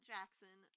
Jackson